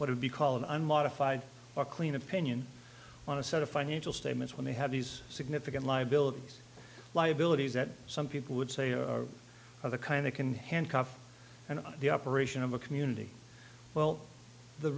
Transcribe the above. would be called an unmodified or clean opinion on a set of financial statements when they have these significant liabilities liabilities that some people would say are of the kind that can handcuff and the operation of a community well the